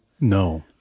No